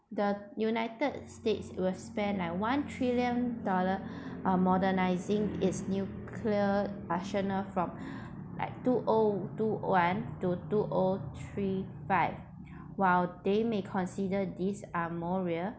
the united states will spend like one trillion dollars uh modernising its nuclear arsenal from like two o two one to two o three five while they may consider these are more real